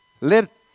let